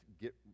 get